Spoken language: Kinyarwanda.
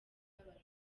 abarundi